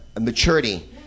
Maturity